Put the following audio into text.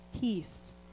peace